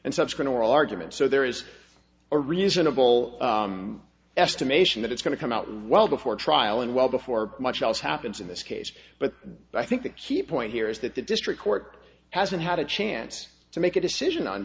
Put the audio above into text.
oral arguments so there is a reasonable estimation that it's going to come out well before trial and well before much else happens in this case but i think the key point here is that the district court hasn't had a chance to make a decision on